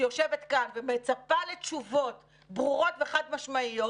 שיושבת כאן ומצפה לתשובות ברורות וחד משמעיות,